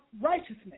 righteousness